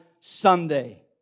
Sunday